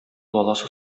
баласы